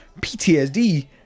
PTSD